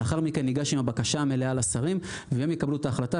לאחר מכן ניגש עם הבקשה המלאה לשרים והם יקבלו את ההחלטה.